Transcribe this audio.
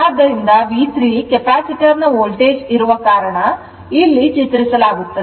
ಆದ್ದರಿಂದ V3 capacitor ನ voltage ಇರುವ ಕಾರಣ ಇಲ್ಲಿ ಚಿತ್ರಿಸಲಾಗುತ್ತದೆ